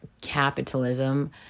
capitalism